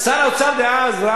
שר האוצר דאז,